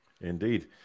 indeed